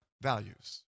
values